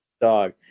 dog